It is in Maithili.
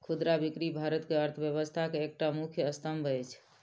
खुदरा बिक्री भारत के अर्थव्यवस्था के एकटा मुख्य स्तंभ अछि